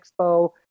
expo